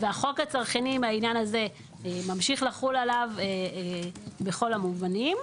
והחוק הצרכני בעניין הזה ממשיך לחול עליו בכל המובנים.